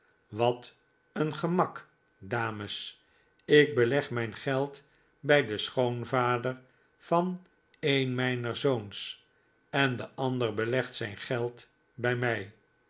wat een gemak dames ik beleg mijn geld bij den schoonvader van een mijner zoons en de ander belegt zijn geld bij mij